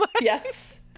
Yes